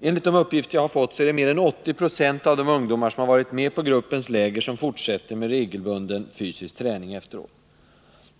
Enligt de uppgifter jag har fått är det mer än 80 20 av de ungdomar som har varit med på gruppens läger som fortsätter med regelbunden fysisk träning efteråt.